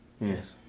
Yes